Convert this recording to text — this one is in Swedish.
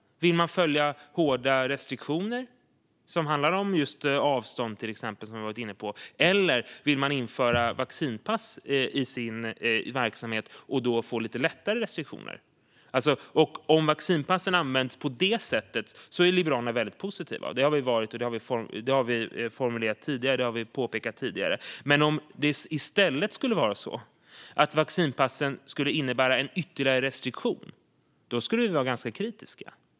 Vill man följa hårda restriktioner som handlar om till exempel avstånd, som vi varit inne på, eller vill man införa vaccinpass i sin verksamhet och då få lite lättare restriktioner? Om vaccinpassen används på det senare sättet är Liberalerna väldigt positiva till dem. Det har vi formulerat och framhållit tidigare. Men om vaccinpassen i stället skulle innebära en ytterligare restriktion, då skulle vi vara ganska kritiska.